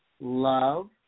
Love